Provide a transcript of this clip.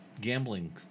gambling